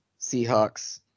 Seahawks